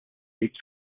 sweeps